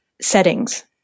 settings